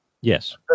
yes